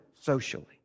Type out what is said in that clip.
socially